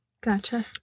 gotcha